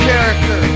character